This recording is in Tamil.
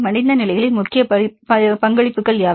மடிந்த நிலைகளில் முக்கிய பங்களிப்புகள் யாவை